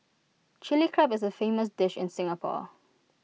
Chilli Crab is A famous dish in Singapore